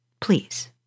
Please